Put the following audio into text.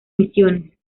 misiones